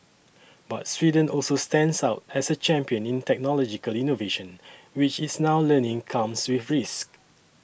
but Sweden also stands out as a champion in technological innovation which it's now learning comes with risks